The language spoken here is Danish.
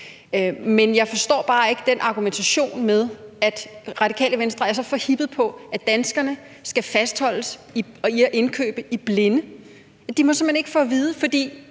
Men jeg forstår bare ikke argumentationen, og at Radikale Venstre er så forhippet på, at danskerne skal fastholdes i at indkøbe i blinde. De må simpelt hen ikke få det at vide. For